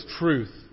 truth